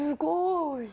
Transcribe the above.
go.